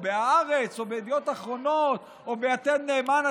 בהארץ או בידיעות אחרונות או ביתד נאמן,